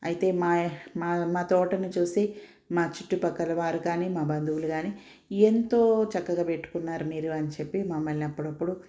అయితే మా మా మా తోటని చూసి మా చుట్టుపక్కల వారు కానీ మా బంధువులు గానీ ఎంతో చక్కగా పెట్టుకున్నారు మీరు అని చెప్పి మమ్మల్ని అప్పుడప్పుడు